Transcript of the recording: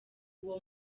uwo